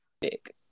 big